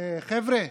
חבר'ה,